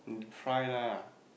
try lah